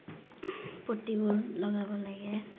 পটিবোৰ লগাব লাগে